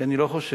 כי אני לא חושב